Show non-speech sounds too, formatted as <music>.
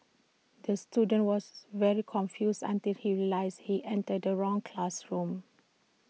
the student was <noise> very confused until he realised he entered the wrong classroom